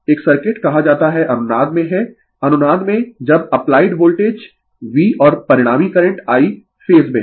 एक सर्किट कहा जाता है अनुनाद में है अनुनाद में जब अप्लाइड वोल्टेज V और परिणामी करंट I फेज में है